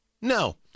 No